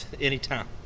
Anytime